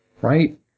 right